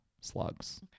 slugs